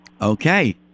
Okay